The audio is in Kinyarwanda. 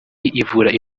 ivura